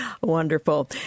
Wonderful